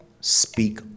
Speak